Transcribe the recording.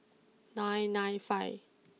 nine nine five